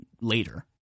later